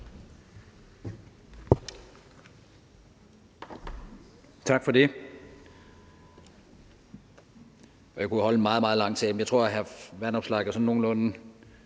Tak for det.